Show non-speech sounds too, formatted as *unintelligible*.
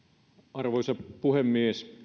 arvoisa puhemies *unintelligible*